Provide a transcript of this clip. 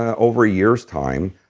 ah over a year's time,